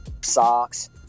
socks